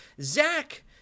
Zach